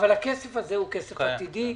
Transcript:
אבל הכסף הזה הוא כסף עתידי,